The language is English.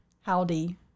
Howdy